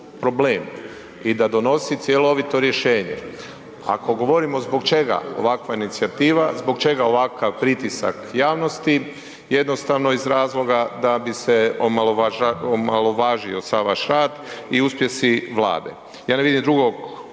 problemu i da donosi cjelovito rješenje. Ako govorimo zbog čega ovakva inicijativa, zbog čega ovakav pritisak javnosti, jednostavno iz razloga da bi se omalovažio sav vaš rad i uspjesi Vlade.